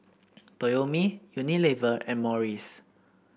Toyomi Unilever and Morries